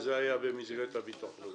במסגרת הביטוח הלאומי.